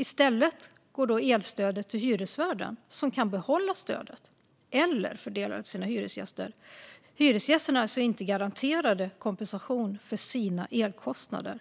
I stället går elstödet då till hyresvärden, som kan behålla stödet eller fördela det till sina hyresgäster. Hyresgästerna är alltså inte garanterade kompensation för sina elkostnader.